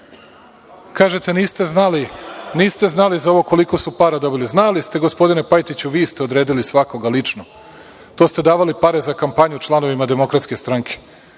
pivu. Kažete niste znali za ovo koliko su para dobili. Znali ste, gospodine Pajtiću, vi ste odredili svakoga lično. To ste davali pare za kampanju članovima DS. Nemojte da